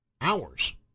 hours